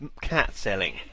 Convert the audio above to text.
cat-selling